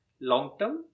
long-term